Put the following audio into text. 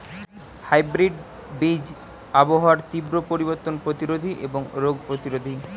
hybrid বীজ আবহাওয়ার তীব্র পরিবর্তন প্রতিরোধী এবং রোগ প্রতিরোধী